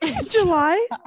July